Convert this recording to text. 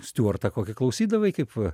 stiuartą kokį klausydavai kaip va